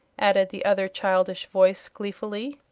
added the other childish voice, gleefully.